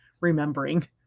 remembering